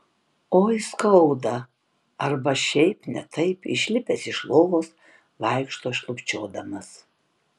oi skauda arba šiaip ne taip išlipęs iš lovos vaikšto šlubčiodamas